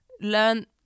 learn